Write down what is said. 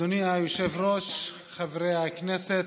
אדוני היושב-ראש, חברי הכנסת,